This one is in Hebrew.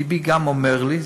לבי גם אומר לי,